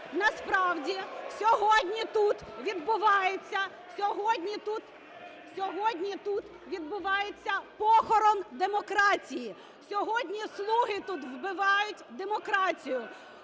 відбувається, сьогодні тут відбувається похорон демократії. Сьогодні "слуги" тут вбивають демократію,